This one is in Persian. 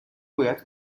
باید